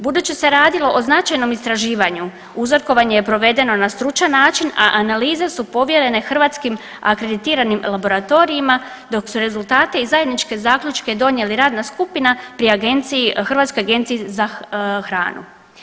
Budući se radilo o značajnom istraživanju uzorkovanje je provedeno na stručan način, a analize su povjerene hrvatskim akreditiranim laboratorijima dok su rezultate i zajedničke rezultate donijeli radna skupina pri agenciji, Hrvatskoj agenciji za hranu.